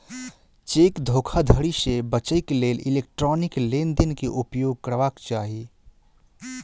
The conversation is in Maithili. चेक धोखाधड़ी से बचैक लेल इलेक्ट्रॉनिक लेन देन के उपयोग करबाक चाही